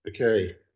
Okay